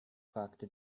fragte